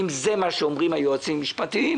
שאם זה מה שאומרים היועצים המשפטים,